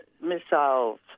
missiles